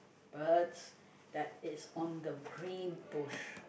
birds that is on the greenbush